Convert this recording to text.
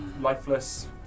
lifeless